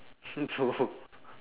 oh